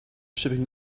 shipping